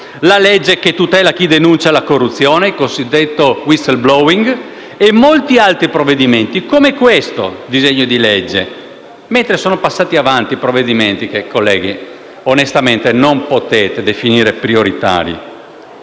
quella che tutela chi denuncia la corruzione (la cosiddetta *whistleblower*) e molti altri provvedimenti come questo disegno di legge, mentre sono passati avanti provvedimenti che onestamente, colleghi, non potete definire prioritari.